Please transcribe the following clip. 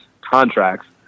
contracts